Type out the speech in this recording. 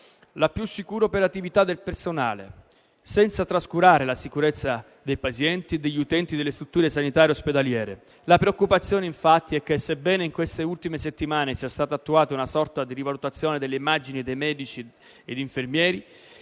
la più sicura operatività del personale, senza trascurare la sicurezza dei pazienti e degli utenti delle strutture sanitarie ospedaliere. La preoccupazione infatti è che, sebbene in queste ultime settimane sia stata attuata una sorta di rivalutazione dell'immagine di medici e infermieri,